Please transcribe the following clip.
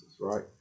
right